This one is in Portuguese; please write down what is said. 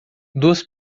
duas